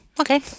Okay